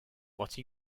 what